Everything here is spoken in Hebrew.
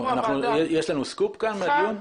הוועדה --- יש לנו סקופ כאן מהדיון?